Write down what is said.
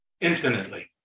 infinitely